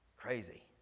Crazy